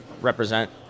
represent